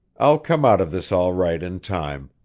i'll come out of this all right in time.